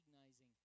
recognizing